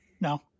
No